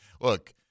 look